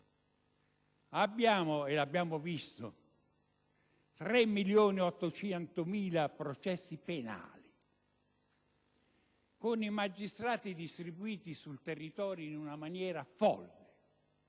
Abbiamo - come si è visto - 3.800.000 processi penali, con i magistrati distribuiti sul territorio in una maniera folle,